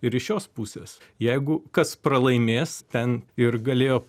ir iš šios pusės jeigu kas pralaimės ten ir galėjo